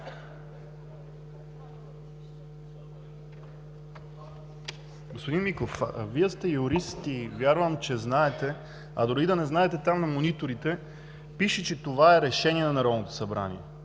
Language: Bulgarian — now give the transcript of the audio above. Господин Миков, Вие сте юрист и вярвам, знаете, а дори и да не знаете, на мониторите пише, че това е решение на Народното събрание.